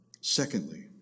Secondly